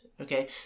Okay